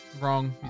Wrong